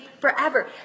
forever